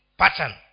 pattern